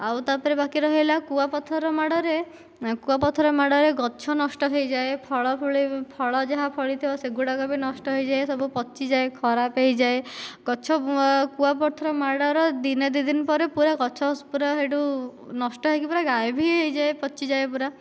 ଆଉ ତାପରେ ବାକି ରହିଲା କୁଆପଥର ମାଡ଼ରେ କୁଆପଥର ମାଡ଼ରେ ଗଛ ନଷ୍ଟ ହୋଇଯାଏ ଫଳଫୁଳି ଫଳ ଯାହା ଫଳିଥିବ ସେଗୁଡ଼ାକ ବି ନଷ୍ଟ ହୋଇଯାଏ ସବୁ ପଚିଯାଏ ଖରାପ ହୋଇଯାଏ ଗଛ କୁଆପଥର ମାଡ଼ର ଦିନେ ଦୁଇ ଦିନ ପରେ ପୁରା ଗଛ ପୁରା ସେଇଠୁ ନଷ୍ଟ ହୋଇକି ପୁରା ଗାୟବ ହିଁ ହୋଇଯାଏ ପଚିଯାଏ ପୁରା